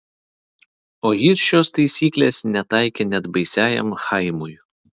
o jis šios taisyklės netaikė net baisiajam chaimui